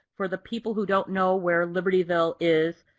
for the people who don't know where libertyville is,